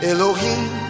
Elohim